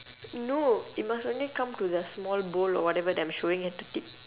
no it must only come to the small bowl or whatever that I'm showing at the tip